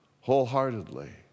wholeheartedly